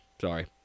sorry